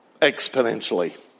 exponentially